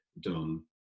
done